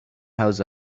house